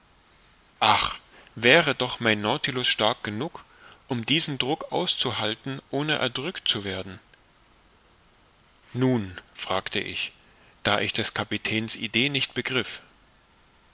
ach wäre doch mein nautilus stark genug um diesen druck auszuhalten ohne erdrückt zu werden nun fragte ich da ich des kapitäns idee nicht begriff